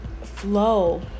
flow